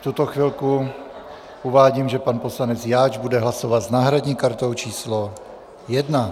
V tuto chvilku uvádím, že pan poslanec Jáč bude hlasovat s náhradní kartou číslo 1.